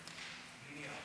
דווקא טוב מאוד.